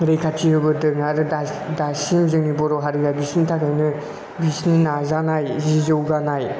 रैखाथि होबोदों आरो दा दासिम जोंनि बर' हारिया बिसिनि थाखायनायनो बिसिनि नाजानाय जि जौगानाय